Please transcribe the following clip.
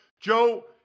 Joe